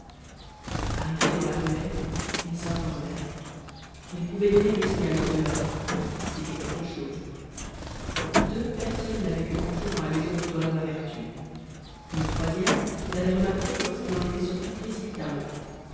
arrivés dans la ruelle ils s'informèrent ils pouvaient donner le signalement de l'homme c'était quelque chose deux personnes l'avaient vu entrer dans la maison de toinon la vertu une troisième l'avait remarqué lorsqu'il en était sorti précipitamment